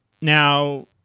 Now